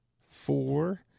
Four